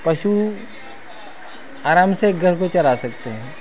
पशू आराम से गाय चरा सकते हैं